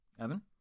Evan